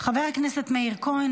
חבר הכנסת מאיר כהן,